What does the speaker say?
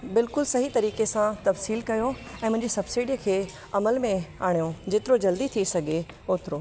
बिल्कुल सही तरीक़े सां तफ्सीफ कयो ऐं मुं्जीहिं सब्सिडी खे अमल में आणियो जेतिरो जल्दी थी सघे ओतरो